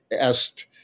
asked –